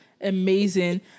amazing